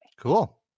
Cool